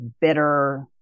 bitter